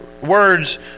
words